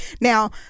Now